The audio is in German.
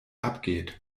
abgeht